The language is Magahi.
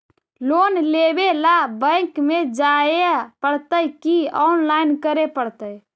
लोन लेवे ल बैंक में जाय पड़तै कि औनलाइन करे पड़तै?